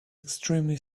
extremely